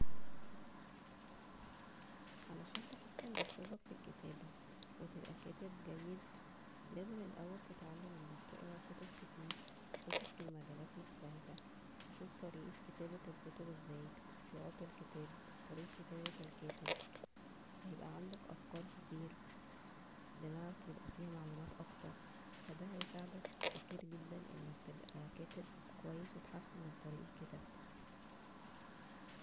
علشان تحسن اسلوبك فى الكتابة وتبقى كاتب جيد, لازم الاول تتعلم انك تقرا كتب كتير, كتب فى مجالات مختلفة, تشوف طريقة كتابة الكتب ازاى, صياغة الكتابة طريقة كتابة الكاتب, فا يبقى عندك افكار كتير, دماغك يبقى فيها معلومات اكتر, فا دا هيساعدك كتير جدا انك تبقى كاتب كويس وتحسن من طريقة كتابتك